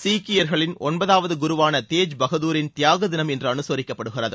சீக்கியர்களின் ஒன்பதாவது குருவான தேஜ் பகதூரின் தியாக தினம் இன்று அனுசரிக்கப்படுகிறது